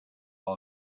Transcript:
all